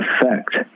effect